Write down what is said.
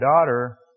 daughter